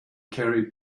carried